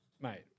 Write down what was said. mate